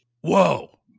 whoa